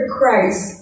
Christ